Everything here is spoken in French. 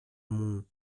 mon